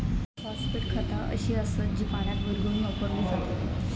phosphate खता अशी असत जी पाण्यात विरघळवून वापरली जातत